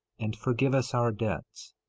and forgive us our debts,